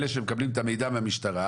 אלה שמקבלים את המידע מהמשטרה,